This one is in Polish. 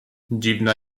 dziwna